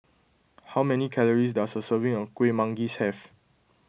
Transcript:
how many calories does a serving of Kueh Manggis have